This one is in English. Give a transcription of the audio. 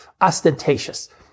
ostentatious